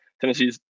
Tennessee's